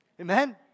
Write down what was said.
Amen